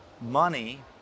money